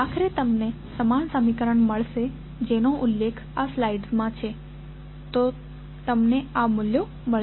આખરે તમને સમાન સમીકરણ મળશે જેનો ઉલ્લેખ આ સ્લાઇડમાં છે તો તમને આ મૂલ્યો મળશે